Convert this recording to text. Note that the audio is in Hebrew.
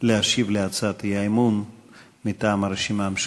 להשיב על הצעת האי-אמון מטעם הרשימה המשותפת.